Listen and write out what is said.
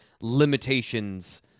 limitations